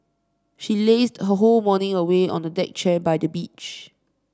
she lazed her whole morning away on a deck chair by the beach